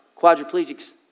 quadriplegics